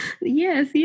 Yes